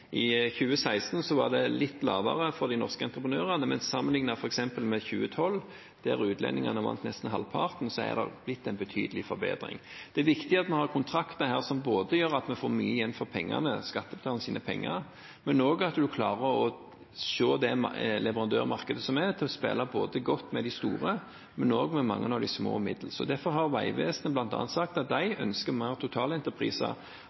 I 2016 var det litt lavere for de norske entreprenørene, men sammenliknet med f.eks. 2012, da utlendingene vant nesten halvparten, er det blitt en betydelig forbedring. Det er viktig at vi har kontrakter som gjør at vi både får mye igjen for pengene – skattebetalernes penger – og klarer å se leverandørmarkedet som er, til å spille godt med både de store og mange av de små og middels store. Derfor har Vegvesenet sagt at